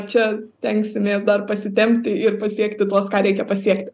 čia stengsimės dar pasitempti ir pasiekti tuos ką reikia pasiekti